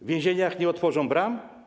W więzieniach nie otworzą bram?